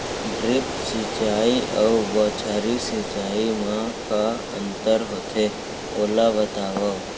Drip सिंचाई अऊ बौछारी सिंचाई मा का अंतर होथे, ओला बतावव?